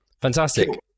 fantastic